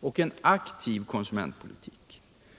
och aktiv konsumentpolitik.